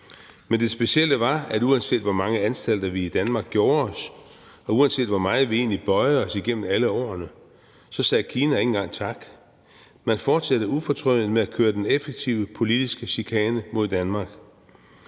Men det specielle var, at uanset hvor mange anstalter vi i Danmark gjorde os, og uanset hvor meget vi egentlig bøjede os igennem alle årene, så sagde Kina ikke engang tak. Man fortsatte ufortrødent med at køre den effektive politiske chikane mod Danmark.